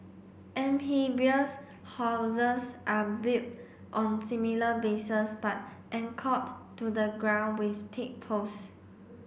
amphibious houses are built on similar bases but anchored to the ground with thick post